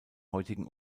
heutigen